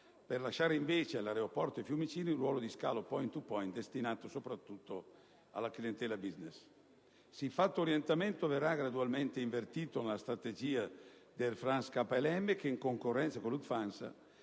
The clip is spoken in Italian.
per lasciare, invece, all'aeroporto di Fiumicino il ruolo di scalo *point to point* destinato soprattutto alla clientela *business*. Siffatto orientamento verrà gradualmente invertito nella strategia di Air France-KLM che, in concorrenza con Lufthansa,